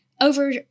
over